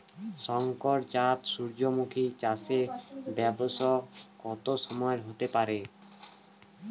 শংকর জাত সূর্যমুখী চাসে ব্যাস কত সময় হতে পারে?